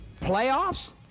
Playoffs